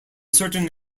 certain